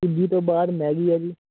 ਸੂਜੀ ਤੋਂ ਬਾਅਦ ਮੈਗੀ ਹੈ ਜੀ